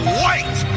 white